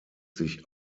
sich